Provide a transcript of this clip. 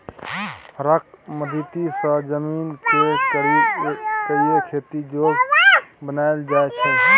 हरक मदति सँ जमीन केँ कोरि कए खेती जोग बनाएल जाइ छै